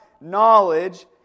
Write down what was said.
knowledge